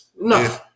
No